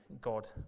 God